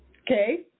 Okay